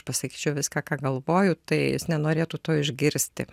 pasakyčiau viską ką galvoju tai jis nenorėtų to išgirsti